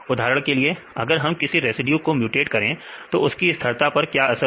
उदाहरण के लिए अगर हम किसी रेसिड्यू को म्यूटेट करें तो उसकी स्थिरता पर क्या असर होगा